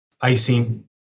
icing